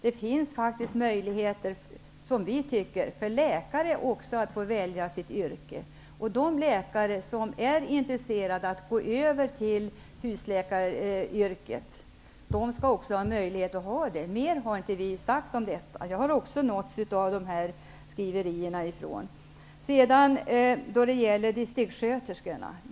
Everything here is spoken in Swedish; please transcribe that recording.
Det finns möjligheter även för läkarna att välja sin verksamhet. De läkare som är intresserade av att gå över till att vara husläkare skall ha möjlighet att göra det. Något mera har vi inte sagt om det. Jag har också nåtts av skrivelserna.